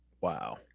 Wow